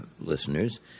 listeners